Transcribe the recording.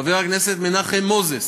חבר הכנסת מנחם מוזס,